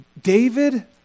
David